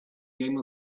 game